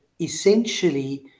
essentially